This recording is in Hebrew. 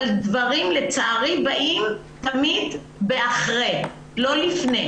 לצערי דברים באים אחרי ולא לפני.